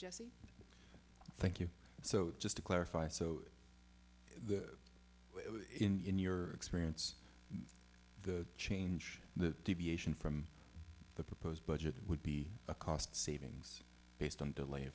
thank you so just to clarify so the in your experience the change the deviation from the proposed budget would be a cost savings based on delay